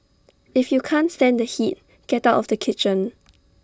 if you can't stand the heat get out of the kitchen